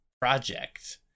project